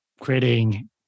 creating